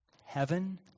heaven